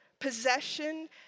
possession